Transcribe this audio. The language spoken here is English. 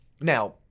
Now